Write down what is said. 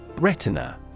Retina